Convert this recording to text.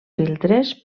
filtres